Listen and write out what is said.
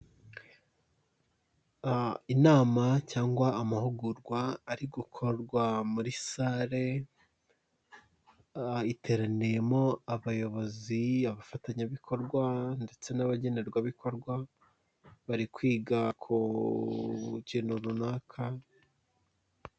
Inama cyangwa amahugurwa ari gukorwa muri sare iteranimo abayobozi, abafatanyabikorwa, ndetse n'abagenerwabikorwa, bari kwiga ku kintu runaka.